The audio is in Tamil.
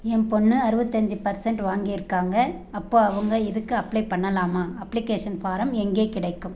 என் பொண்ணு அறுபத்தஞ்சு பர்சண்ட் வாங்கியிருக்காங்கள் அப்போது அவங்க இதுக்கு அப்ளே பண்ணலாமா அப்ளிகேஷன் ஃபாரம் எங்கே கிடைக்கும்